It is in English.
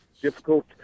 difficult